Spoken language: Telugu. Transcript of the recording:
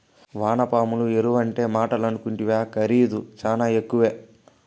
వానపాముల ఎరువంటే మాటలనుకుంటివా ఖరీదు శానా ఎక్కువే